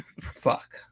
fuck